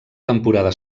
temporada